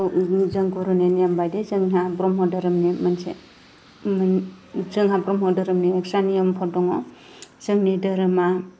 जों गुरुनि नियम बायदि जोंहा ब्रम्ह धोरोमनि मोनसे जोंहा ब्रम्ह धोरोमनि एक्सट्रा नियमफोर दङ जोंनि धोरोमा